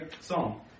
song